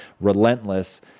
Relentless